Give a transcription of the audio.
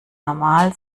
normal